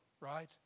right